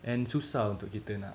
and susah untuk kita nak